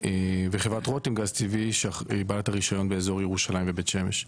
וחברת רתם גז טבעי שהיא בעלת הרישיון באזור ירושלים ובית שמש.